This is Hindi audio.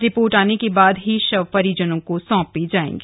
रिपोर्ट आने के बाद ही शव परिजनों को सौंपे जाएगें